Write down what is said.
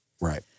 Right